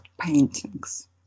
paintings